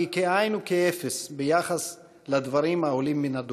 אך היא כאין וכאפס ביחס לדברים העולים מן הדוח.